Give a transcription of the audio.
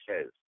says